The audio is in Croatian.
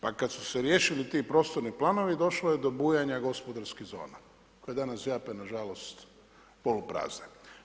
Pa kad su se riješili ti prostorni planovi došlo je do bujanja gospodarskih zona koje danas zjape na žalost poluprazne.